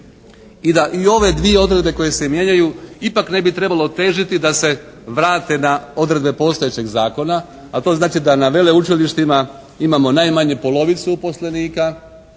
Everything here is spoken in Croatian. i da i ove dvije odredbe koje se mijenjaju ipak ne bi trebalo težiti da se vrate na odredbe postojećeg zakona, a to znači da na veleučilištima imamo najmanje polovicu uposlenika